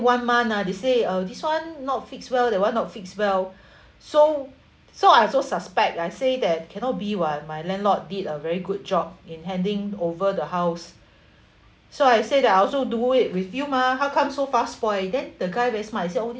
one month ah they say oh this [one] not fixed well that [one] not fixed well so so I also suspect I say that cannot be [one] my landlord did a very good job in handing over the house so I said I also do it with you mah how come so fast spoil then the guy very smart he said oh this